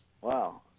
wow